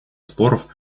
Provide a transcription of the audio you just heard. споров